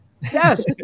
Yes